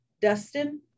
Dustin